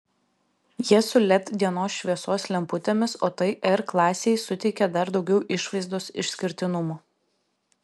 jie su led dienos šviesos lemputėmis o tai r klasei suteikia dar daugiau išvaizdos išskirtinumo